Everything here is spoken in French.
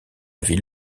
ville